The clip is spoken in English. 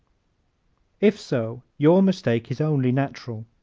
if so your mistake is only natural.